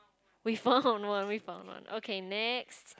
we found out one we found one okay next